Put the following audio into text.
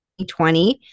2020